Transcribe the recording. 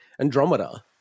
Andromeda